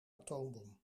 atoombom